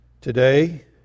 today